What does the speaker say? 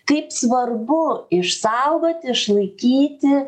kaip svarbu išsaugot išlaikyti